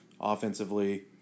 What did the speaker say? Offensively